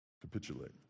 Capitulate